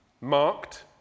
marked